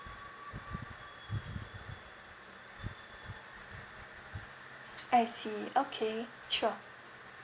I see okay sure